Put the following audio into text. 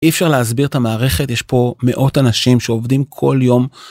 אי אפשר להסביר את המערכת יש פה מאות אנשים שעובדים כל יום.